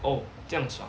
oh 这样爽